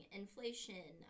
inflation